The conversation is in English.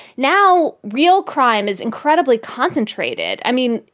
now, real crime is incredibly concentrated. i mean,